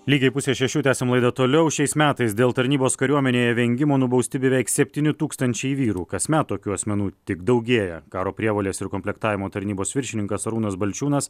lygiai pusė šešių tęsiam laidą toliau šiais metais dėl tarnybos kariuomenėje vengimo nubausti beveik septyni tūkstančiai vyrų kasmet tokių asmenų tik daugėja karo prievolės ir komplektavimo tarnybos viršininkas arūnas balčiūnas